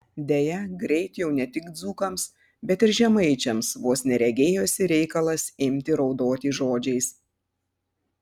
deja greit jau ne tik dzūkams bet ir žemaičiams vos ne regėjosi reikalas imti raudoti žodžiais